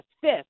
Fifth